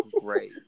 great